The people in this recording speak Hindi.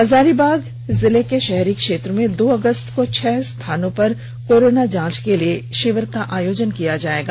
हजारीबाग जिले के शहरी क्षेत्र में दो अगस्त को छह स्थानों पर कोरोना जांच के लिए शिविर का आयोजन किया जाएगा